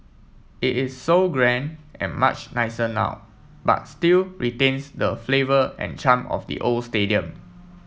it is so grand and much nicer now but still retains the flavour and charm of the old stadium